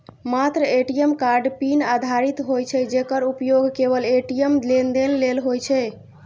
मात्र ATM card PIN आधारित होइ छै, जेकर उपयोग केवल ए.टी.एम लेनदेन लेल होइ छै